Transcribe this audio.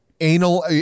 anal